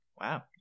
Wow